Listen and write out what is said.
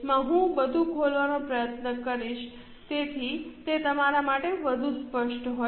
માં હું બધું ખોલવાનો પ્રયત્ન કરીશ જેથી તે તમારા માટે વધુ સ્પષ્ટ હોય